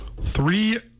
Three